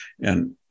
And-